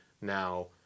now